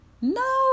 No